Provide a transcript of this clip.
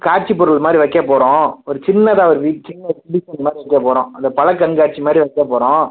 காட்சிப்பொருள் மாதிரி வைக்கப்போகிறோம் ஒரு சின்னதாக ஒரு சின்ன மாதிரி வைக்கப்போறோம் அந்த பழக் கண்காட்சி மாதிரி வைக்கப்போகிறோம்